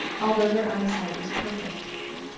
although their eyesight was perfect.